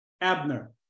Abner